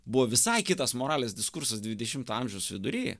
buvo visai kitas moralės diskursas dvidešimto amžiaus vidury